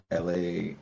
LA